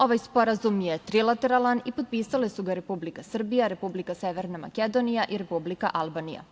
Ovaj sporazum je trilateralan i potpisale su ga Republika Srbija, Republika Severna Makedonija i Republika Albanija.